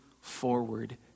forward